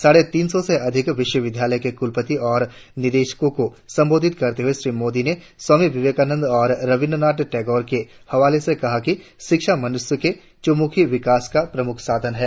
साढ़े तीन सौ से अधिक विश्वविद्यालयों के कुलपतियों और निदेशकों को संबोधित करते हुए श्री मोदी ने स्वामी विवेकांनंद और रवींद्र नाथ टैगोर के हवाले से कहा कि शिक्षा मनुष्य के चहुमुखी विकास का प्रमुख साधन है